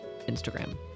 Instagram